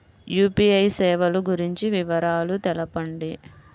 UPI సేవలు గురించి వివరాలు తెలుపండి?